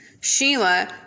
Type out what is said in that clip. Sheila